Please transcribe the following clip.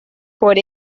por